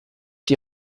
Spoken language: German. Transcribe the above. die